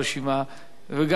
וגם עפו אגבאריה.